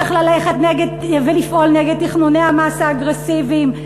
צריך ללכת נגד ולפעול נגד תכנוני המס האגרסיביים,